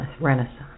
renaissance